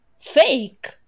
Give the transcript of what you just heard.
fake